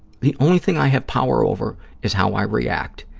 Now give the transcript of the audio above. the only thing i have power over is how i react.